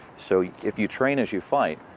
so if you train as you fight,